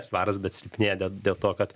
svaras bet silpnėja dėl dėl to kad